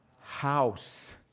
House